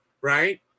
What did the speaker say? right